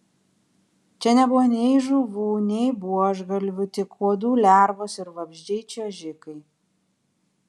čia nebuvo nei žuvų nei buožgalvių tik uodų lervos ir vabzdžiai čiuožikai